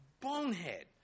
bonehead